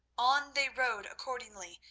on they rode accordingly,